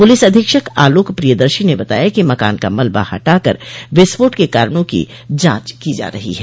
police अधीक्षक आलोक प्रियदर्शी ने बताया कि मकान का मलबा हटा कर विस्फोट के कारणों की जांच की जा रही है